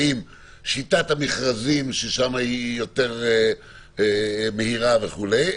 האם שיטת המכרזים שם היא יותר מהירה וכולי?